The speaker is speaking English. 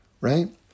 right